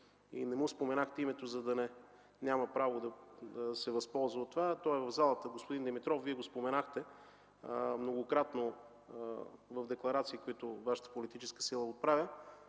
и не му споменахте името, за да няма право да се възползва от това, той е в залата, господин Димитров, Вие го споменахте многократно в декларации, които Вашата политическа сила отправя.